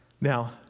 Now